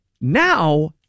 now